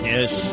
Yes